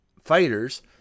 fighters